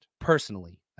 Personally